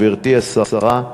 גברתי השרה,